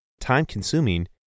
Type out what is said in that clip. time-consuming